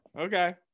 Okay